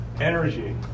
Energy